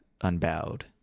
unbowed